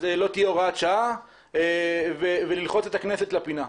לא תהיה הוראת שעה וכך לוחצים את הכנסת לפינה.